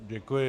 Děkuji.